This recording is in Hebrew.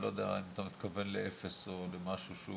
אני לא יודע אם אתה מתכוון לאפס או למשהו שהוא